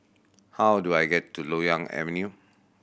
how do I get to Loyang Avenue